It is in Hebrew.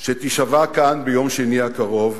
שתישבע כאן ביום שני הקרוב,